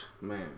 Man